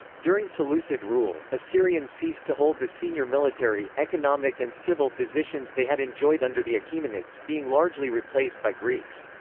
during seleucid rule, assyrians ceased to hold the senior military, economic and civil positions they had enjoyed under the achaemenids, being largely replaced by greeks.